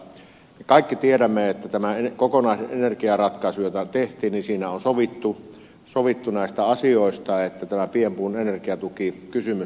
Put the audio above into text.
mutta me kaikki tiedämme että tässä kokonaisenergiaratkaisussa joka tehtiin on sovittu näistä asioista että tämä pienpuun energiatukikysymys ratkaistaan